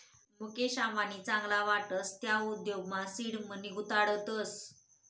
मुकेश अंबानी चांगला वाटस त्या उद्योगमा सीड मनी गुताडतस